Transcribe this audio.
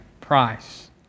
price